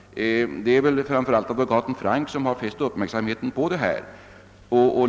Det är framför allt advokat Franck som fäst uppmärksamheten på detta.